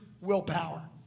willpower